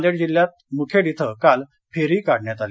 नांदेड जिल्ह्याच्या मुखेड इथ काल फेरी काढण्यात आली